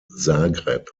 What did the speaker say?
zagreb